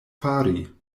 fari